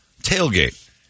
tailgate